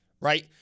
Right